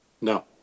No